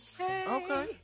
Okay